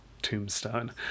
tombstone